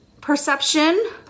Perception